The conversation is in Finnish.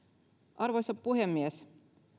arvoisa puhemies